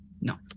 No